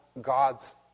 God's